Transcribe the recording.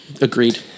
Agreed